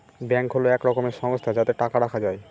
bank হল এক রকমের সংস্থা যাতে টাকা রাখা যায়